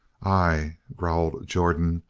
ay, growled jordan.